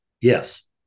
Yes